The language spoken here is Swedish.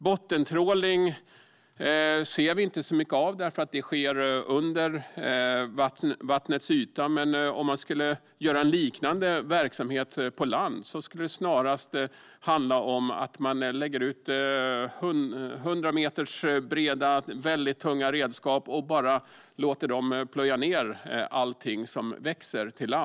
Bottentrålning ser vi inte så mycket av eftersom det sker under vattnets yta. En liknande verksamhet på land skulle snarast handla om att lägga ut 100 meter breda, väldigt tunga redskap och bara låter dem plöja ned allting som växer.